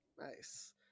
Nice